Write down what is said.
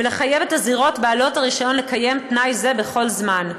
ולחייב את הזירות בעלות הרישיון לקיים תנאי זה בכל זמן.